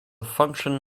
function